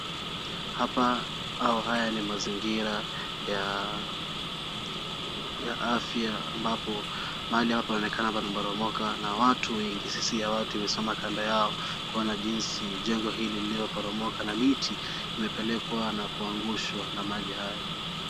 Hapa au haya ni mazingira ya afya ambapo mahali hapa panaonekana pameporomoka na watu wengi sisi hawa tumesimama kando yao kuona jinsi jengo hili lililoporomoka na miti imepelekwa na kuangushwa na maji hayo.